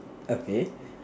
okay